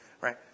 right